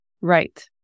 Right